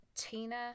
Tina